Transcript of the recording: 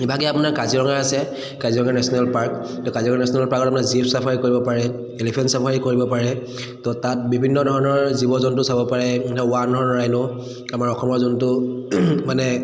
ইভাগে আপোনাৰ কাজিৰঙা আছে কাজিৰঙা নেশ্যনেল পাৰ্ক তো কাজিৰঙা নেশ্যনেল পাৰ্কত আপোনাৰ জীপ ছাফাৰী কৰিব পাৰে এলিফেণ্ট ছাফাৰী কৰিব পাৰে তো তাত বিভিন্ন ধৰণৰ জীৱ জন্তু চাব পাৰে ওৱান হৰ্ণ ৰাইনো আমাৰ অসমৰ যোনটো মানে